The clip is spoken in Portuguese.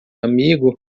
amigo